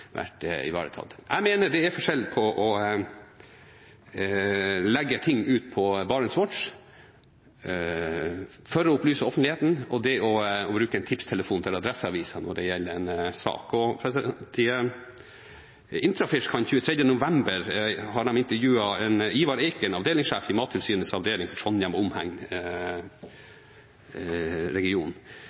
vært ivaretatt. Jeg mener det er forskjell på å legge ting ut på BarentsWatch for å opplyse offentligheten, og det å bruke tipstelefonen til Adresseavisen når det gjelder en sak. IntraFish intervjuet den 23. november Ivar Eiken, sjef for Mattilsynets avdeling i Trondheim og